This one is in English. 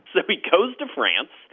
so he goes to france,